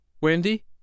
Wendy